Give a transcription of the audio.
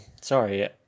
sorry